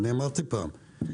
אני אמרתי פעם,